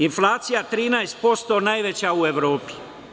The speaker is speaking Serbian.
Inflacija 13%, najveća u Evropi.